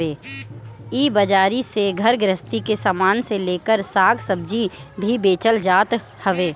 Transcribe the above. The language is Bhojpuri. इ बाजारी में घर गृहस्ती के सामान से लेकर साग सब्जी भी बेचल जात हवे